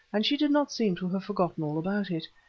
and she did not seem to have forgotten all about it.